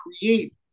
create